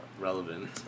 relevant